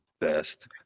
best